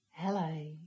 Hello